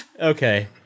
Okay